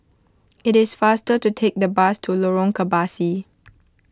it is faster to take the bus to Lorong Kebasi